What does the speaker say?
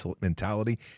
mentality